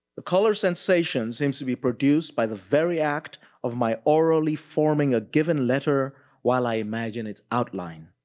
the color sensation seems to be produced by the very act of my orally forming a given letter while i imagine its outline.